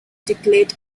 declared